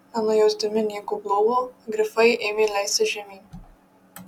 nenujausdami nieko blogo grifai ėmė leistis žemyn